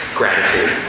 gratitude